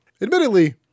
Admittedly